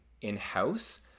in-house